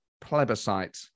plebiscite